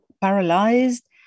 paralyzed